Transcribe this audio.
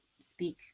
speak